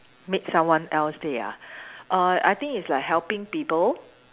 made someone else day ah err I think is like helping people